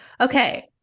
okay